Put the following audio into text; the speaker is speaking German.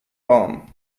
warm